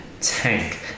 tank